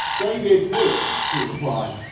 david lewis, he replied,